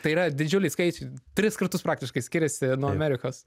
tai yra didžiuliai skaičiai tris kartus praktiškai skiriasi nuo amerikos